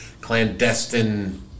clandestine